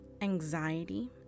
anxiety